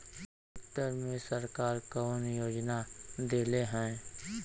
Tractor मे सरकार कवन योजना देले हैं?